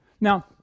Now